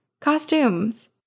costumes